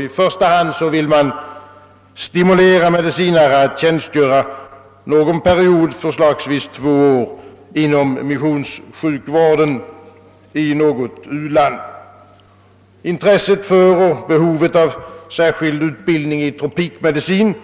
I första hand vill man stimulera medicinare att tjänstgöra någon period, förslagsvis två år, inom missionssjukvården i något u-land. Intresset för och behovet av särskild utbildning i tropikmedicin